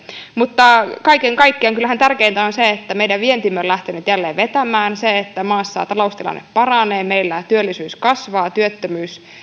mutta kaiken kaikkiaan kyllähän tärkeintä on se että meidän vientimme on lähtenyt jälleen vetämään se että maassa taloustilanne paranee meillä työllisyys kasvaa työttömyys